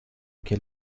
que